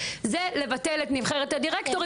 זה לבטל את נבחרת הדירקטורים,